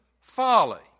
folly